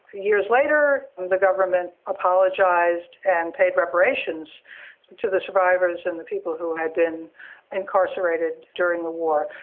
years later the government apologised and paid reparations to the survivors and the people who had been incarcerated during the war,